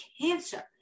cancer